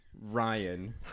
Ryan